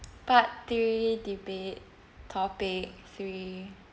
part three debate topic three